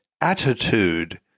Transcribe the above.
attitude